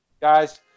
guys